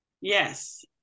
yes